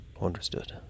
Understood